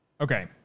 Okay